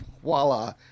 Voila